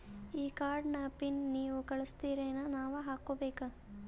ಈ ಕಾರ್ಡ್ ನ ಪಿನ್ ನೀವ ಕಳಸ್ತಿರೇನ ನಾವಾ ಹಾಕ್ಕೊ ಬೇಕು?